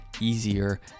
easier